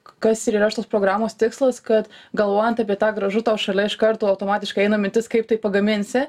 kas ir yra šitos programos tikslas kad galvojant apie tą gražu tau šalia iš karto automatiškai eina mintis kaip tai pagaminsi